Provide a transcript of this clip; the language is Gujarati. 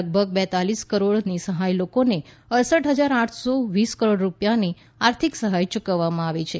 લગભગ બેત્તાલીસ કરોડ નિઃસહાય લોકોને અડસઠ હજાર આઠસો વીસ કરોડ રૂપિયાની આર્થિક સહાય યૂકવવામાં આવી છે